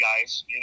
guys